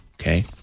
Okay